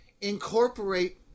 incorporate